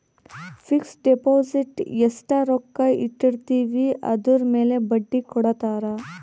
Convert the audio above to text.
fix deposit ಎಸ್ಟ ರೊಕ್ಕ ಇಟ್ಟಿರ್ತಿವಿ ಅದುರ್ ಮೇಲೆ ಬಡ್ಡಿ ಕೊಡತಾರ